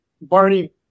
Barney